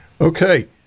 Okay